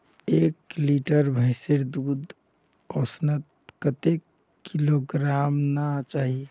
एक लीटर भैंसेर दूध औसतन कतेक किलोग्होराम ना चही?